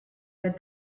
her